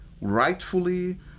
Rightfully